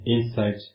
Insight